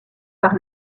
par